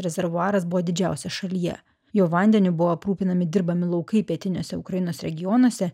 rezervuaras buvo didžiausia šalyje jo vandenį buvo aprūpinami dirbami laukai pietiniuose ukrainos regionuose